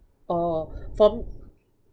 orh for